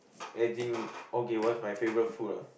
as in okay what's my favourite food ah